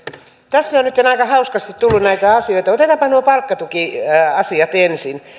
tässä on nytten aika hauskasti tullut näitä asioita otetaanpa nuo palkkatukiasiat ensin